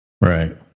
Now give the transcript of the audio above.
right